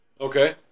Okay